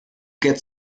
get